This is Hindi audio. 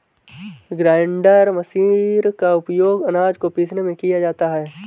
ग्राइण्डर मशीर का उपयोग आनाज को पीसने में किया जाता है